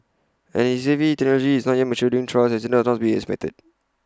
as A V technology is not yet maturing trials accidents are not to be unexpected